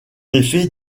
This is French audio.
effet